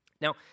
Now